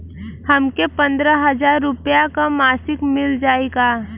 हमके पन्द्रह हजार रूपया क मासिक मिल जाई का?